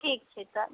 ठीक छै तऽ